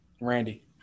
Randy